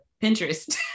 pinterest